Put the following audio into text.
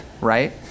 right